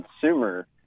consumer